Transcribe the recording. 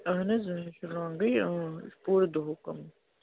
اہن حظ چھُ رانٛگٕے یہِ چھُ پوٗرٕ دۄہ کَمٕ